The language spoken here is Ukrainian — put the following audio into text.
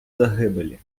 загибелі